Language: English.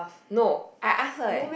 no I ask her eh